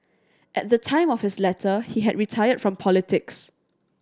at the time of his letter he had retired from politics